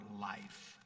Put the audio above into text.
life